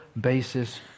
basis